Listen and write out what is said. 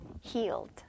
healed